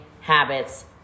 habits